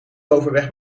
overweg